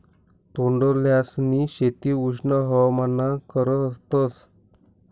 तोंडल्यांसनी शेती उष्ण हवामानमा करतस